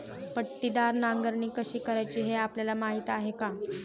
पट्टीदार नांगरणी कशी करायची हे आपल्याला माहीत आहे का?